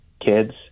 kids